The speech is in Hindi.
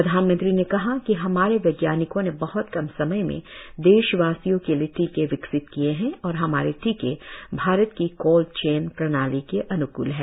प्रधानमंत्री ने कहा कि हमारे वैज्ञानिकों ने बह्त कम समय में देशवासियों के लिए टीके विकसित किए हैं और हमारे टीके भारत की कोल्ड चेन प्रणाली के अन्कूल हैं